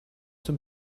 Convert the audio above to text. zum